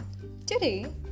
Today